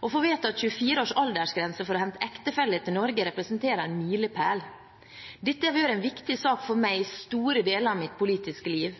Å få vedtatt 24-års aldersgrense for å hente ektefelle til Norge representerer en milepæl. Dette har vært en viktig sak for meg i store deler av mitt politiske liv.